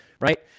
right